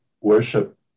worship